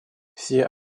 все